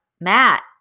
Matt